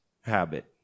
habit